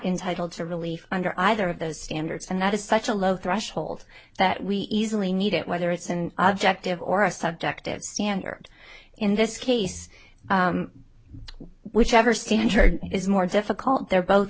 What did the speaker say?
entitled to relief under either of those standards and that is such a low threshold that we easily need it whether it's and objective or a subjective standard in this case whichever standard is more difficult they're both